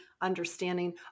understanding